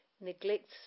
neglects